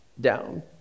down